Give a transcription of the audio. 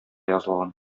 язылган